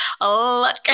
look